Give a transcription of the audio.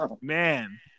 Man